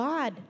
God